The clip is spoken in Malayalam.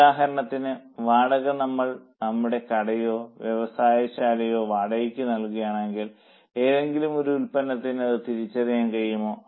ഉദാഹരണത്തിന് വാടക നമ്മൾ നമ്മളുടെ കടയോ വ്യവസായശാലയോ വാടകയ്ക്ക് നൽകുകയാണെങ്കിൽ ഏതെങ്കിലും ഒരു ഉൽപ്പന്നത്തിന് അത് തിരിച്ചറിയാൻ കഴിയുമോ